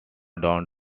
done